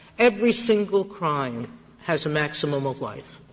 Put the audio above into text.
every single crime has a maximum of life.